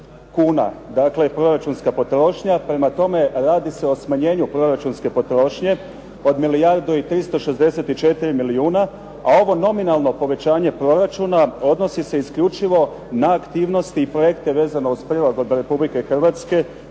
dakle proračunska potrošnja. Prema tome, radi se o smanjenju proračunske potrošnje od milijardu i 364 milijuna a ovo nominalno povećanje proračuna odnosi se isključivo na aktivnosti i projekte vezane uz prilagodbe Republike Hrvatske